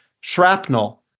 shrapnel